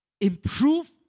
improve